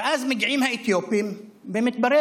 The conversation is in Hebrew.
ואז מגיעים האתיופים ומתברר